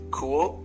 cool